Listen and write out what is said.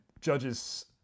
Judges